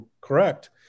correct